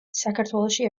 საქართველოში